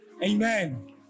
Amen